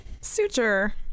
Suture